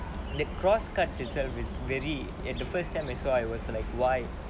the cross cuts itself is very and the first time I saw I was like why